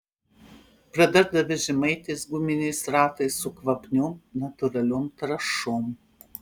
pradarda vežimaitis guminiais ratais su kvapniom natūraliom trąšom